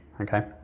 Okay